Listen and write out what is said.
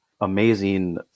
amazing